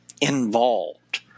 involved